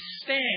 stand